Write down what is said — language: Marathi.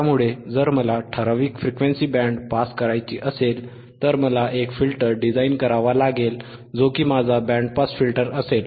त्यामुळे जर मला ठराविक फ्रिक्वेन्सीचा बँड पास करायचा असेल तर मला एक फिल्टर डिझाइन करावा लागेल जो की माझा बँड पास फिल्टर असेल